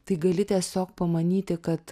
tai gali tiesiog pamanyti kad